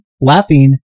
laughing